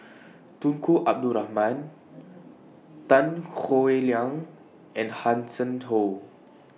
Tunku Abdul Rahman Tan Howe Liang and Hanson Ho